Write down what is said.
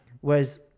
Whereas